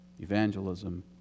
evangelism